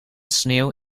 sneeuw